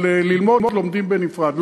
אבל ללמוד לומדים בנפרד,